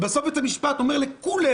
ובסוף בית המשפט אומר לכולנו,